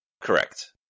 Correct